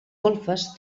golfes